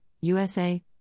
USA